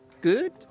good